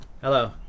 Hello